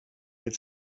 had